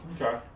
Okay